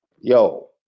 yo